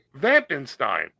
Vampenstein